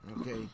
okay